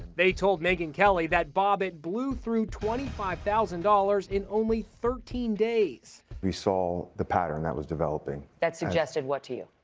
they told megyn kelly that bobbitt blew through twenty five thousand dollars in only thirteen days. we saw the pattern that was developing. that suggested what to you?